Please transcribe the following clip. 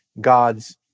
God's